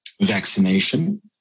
vaccination